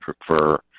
prefer